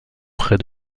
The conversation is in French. près